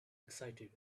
excited